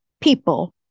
people